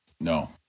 No